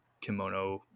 kimono